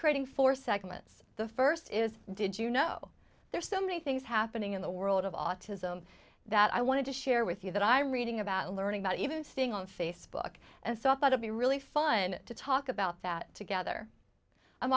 creating four segments the first is did you know there's so many things happening in the world of autism that i wanted to share with you that i'm reading about learning about even staying on facebook and so i thought to be really fun to talk about that together i'm